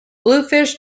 bluefish